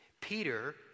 Peter